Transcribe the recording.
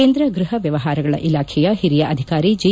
ಕೇಂದ್ರ ಗೃಪ ವ್ಯಮಾರಗಳ ಇಲಾಖೆಯ ಓರಿಯ ಆಧಿಕಾರಿ ಜಿ